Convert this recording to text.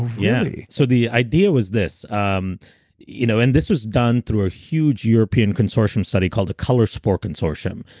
yeah so the idea was this, um you know and this was done through a huge european consortium study called the color spore consortium.